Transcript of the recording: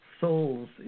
souls